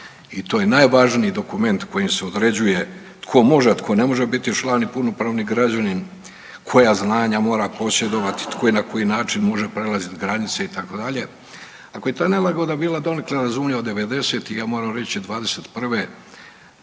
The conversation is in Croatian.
i to je najvažniji dokument kojim se određuje tko može, a tko ne može biti član i punopravni građanin, koja znanja mora posjedovati, tko i na koji način može prelazit granice itd., ako je ta nelagoda bila donekle razumljiva 90-ih, a moram reći '21.